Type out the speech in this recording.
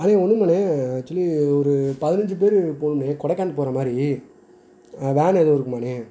அண்ணே ஒன்னும் இல்லைண்ணே ஆக்சுவலி ஒரு பதினைஞ்சி பேரு போகணும்ண்ணே கொடைக்கானல் போகிறா மாதிரி வேன் எதுவும் இருக்குமாண்ணே